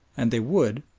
and they would,